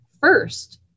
first